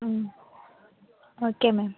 okay ma'am